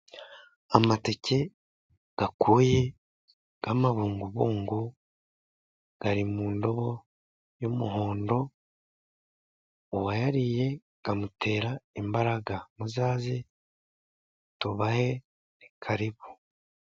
Amateke akuye y'amabungubungu ari mu ndobo y'umuhondo . Uwayariye amutera imbaraga. Muzaze tubahe, ni karibu.